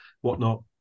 whatnot